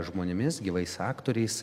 žmonėmis gyvais aktoriais